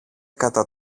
κατά